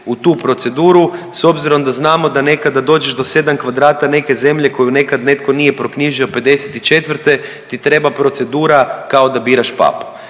u tu proceduru s obzirom da znamo da nekada dođeš do 7 kvadrata neke zemlje koju nekad netko nije proknjižio '54. ti treba procedura kao da biraš papu